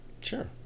sure